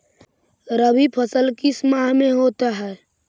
रवि फसल किस माह में होता है?